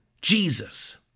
Jesus